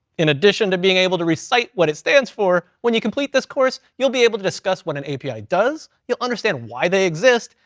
in addition to being able to recite what it stands for, when you complete this course, you'll be able to discuss what an api does, you'll understand why they exist,